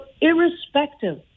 irrespective